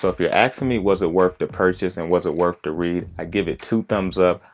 so if you're asking me was it worth the purchase and was it worth the read? i give it two thumbs up.